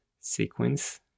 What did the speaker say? Sequence